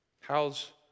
How's